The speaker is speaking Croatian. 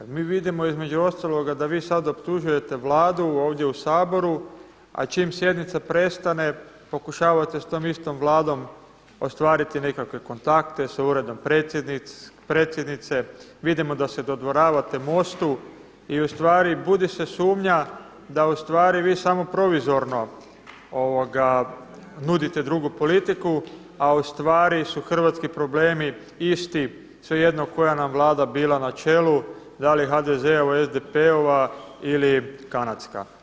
Kada mi vidimo između ostaloga da vi sada optužujete Vladu ovdje u Saboru a čim sjednica prestane pokušavate s tom istom Vladom ostvariti nekakve kontakte s Uredom Predsjednice, vidimo da se dodvoravate MOST-u i ustvari budi se sumnja da ustvari vi samo proizvodno nudite drugu politiku a ustvari su hrvatski problemi isti, svejedno koja nam Vlada bila na čelu, da li HDZ-ova, SDP-ova ili kanadska.